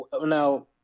Now